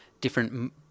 different